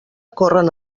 corren